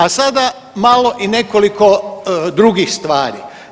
A sada malo i nekoliko drugih stvari.